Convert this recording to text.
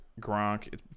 Gronk